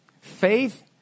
Faith